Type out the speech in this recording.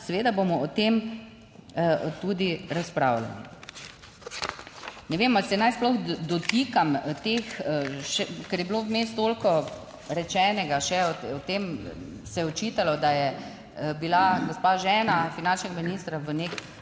seveda bomo o tem tudi razpravljali. Ne vem ali se naj sploh dotikam teh, ker je bilo vmes toliko rečenega še o tem, se je očitalo, da je bila gospa žena finančnega ministra v nek